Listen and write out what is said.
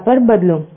7 પર બદલું